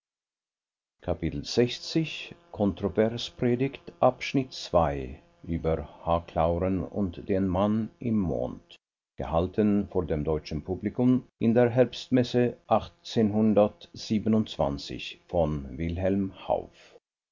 kontrovers predigt über h clauren und den mann im mond gehalten vor dem deutschen publikum in der herbstmesse von wilhelm